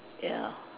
ya